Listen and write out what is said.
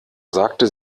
sagte